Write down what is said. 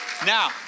Now